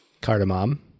cardamom